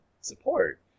support